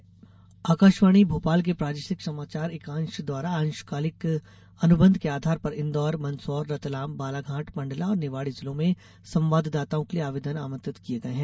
अशंकालिक संवाददाता आकाशवाणी भोपाल के प्रादेशिक समाचार एकांश द्वारा अंशकालिक अनुबंध के आधार पर इन्दौर मंदसौर रतलाम बालाघाट मंडला और निवाड़ी जिलों में संवाददाताओं के लिये आवेदन आमंत्रित किये गये हैं